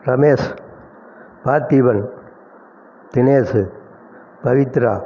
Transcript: Ganesh Parthiban Dinesh Pavithra